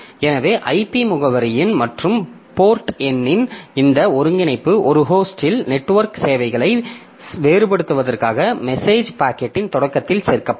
எனவே IP முகவரியின் மற்றும் போர்ட் எண்ணின் இந்த ஒருங்கிணைப்பு ஒரு ஹோஸ்டில் நெட்வொர்க் சேவைகளை வேறுபடுத்துவதற்காக மெசேஜ் பாக்கெட்டின் தொடக்கத்தில் சேர்க்கப்படும்